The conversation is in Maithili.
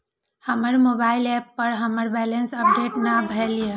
हमर मोबाइल ऐप पर हमर बैलेंस अपडेट ने भेल या